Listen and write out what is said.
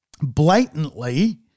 blatantly